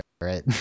right